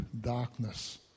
darkness